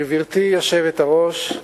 גברתי היושבת-ראש,